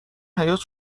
حیاط